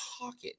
pocket